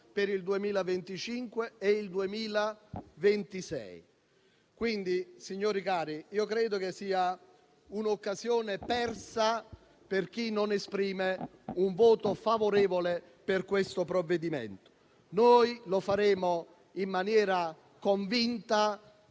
per il 2025 e il 2026. Colleghi, credo che questa sia un'occasione persa per chi non esprime un voto favorevole su questo provvedimento. Noi lo faremo in maniera convinta